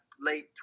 late